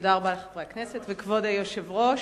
תודה רבה לחברי הכנסת ולכבוד היושב-ראש.